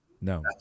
No